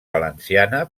valenciana